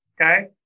okay